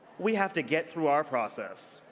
we have to get through our process.